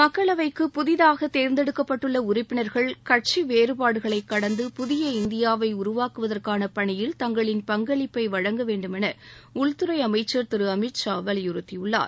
மக்களவைக்கு புதிதாக தேர்ந்தெடுக்கப்பட்டுள்ள உறுப்பினர்கள் கட்சி வேறுபாடுகளை கடந்த புதிய இந்தியாவை உருவாக்குவதற்கான பணியில் தங்களின் பங்களிப்பை வழங்க வேண்டுமென உள்துறை அமைச்சர் திரு அமித் ஷா வலியுறுத்தியுள்ளார்